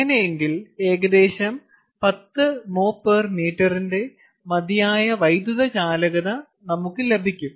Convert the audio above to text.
അങ്ങനെ എങ്കിൽ ഏകദേശം 10 mhom ന്റെ മതിയായ വൈദ്യുതചാലകത നമുക്ക് ലഭിക്കും